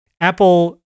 Apple